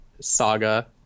Saga